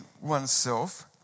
oneself